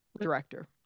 director